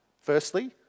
Firstly